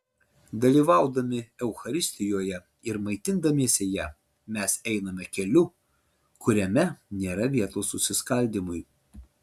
dalyvaudami eucharistijoje ir maitindamiesi ja mes einame keliu kuriame nėra vietos susiskaldymui